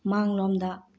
ꯃꯥꯡꯂꯣꯝꯗ